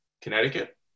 Connecticut